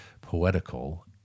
poetical